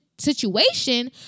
situation